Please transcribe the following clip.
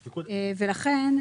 לכן,